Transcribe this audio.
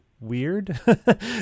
weird